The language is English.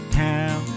town